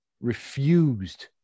refused